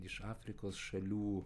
iš afrikos šalių